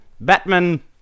Batman